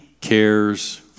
cares